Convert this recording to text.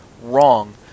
wrong